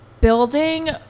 building